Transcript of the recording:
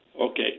Okay